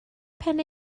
pen